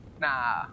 Nah